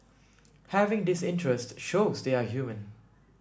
having this interest shows they are human